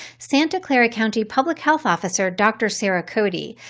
santa clara county public health officer, dr. sara cody,